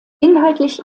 inhaltlich